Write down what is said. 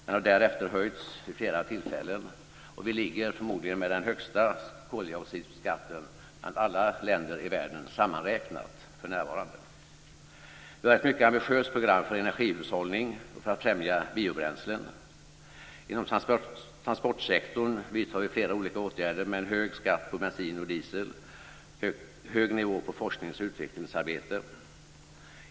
Den har därefter höjts vid flera tillfällen, och vi har för närvarande förmodligen den högsta koldioxidskatten sammanräknat bland alla länder i världen. Vi har ett mycket ambitiöst program för energihushållning och för att främja biobränslen. Inom transportsektorn vidtar vi flera olika åtgärder med hög skatt på bensin och diesel och en hög nivå på forsknings och utvecklingsarbete.